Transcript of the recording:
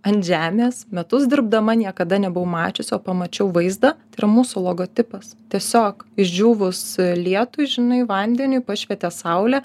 ant žemės metus dirbdama niekada nebuvau mačiusi o pamačiau vaizdą tai yra mūsų logotipas tiesiog išdžiūvus lietui žinai vandeniui pašvietė saulė